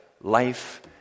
life